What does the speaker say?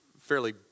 fairly